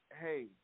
hey